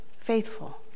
faithful